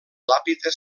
làpides